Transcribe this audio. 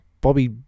Bobby